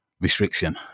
restriction